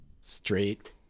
Straight